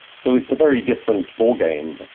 so it's a very different ball game.